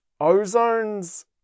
ozone's